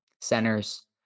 centers